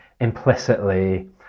implicitly